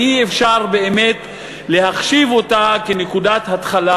ואי-אפשר באמת להחשיב אותה כנקודת התחלה